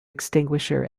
extinguisher